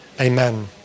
amen